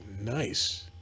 Nice